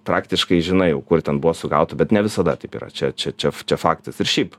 praktiškai žinai jau kur ten buvo sugauta bet ne visada taip yra čia čia čia čia faktas ir šiaip